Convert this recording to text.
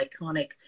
iconic